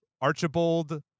Archibald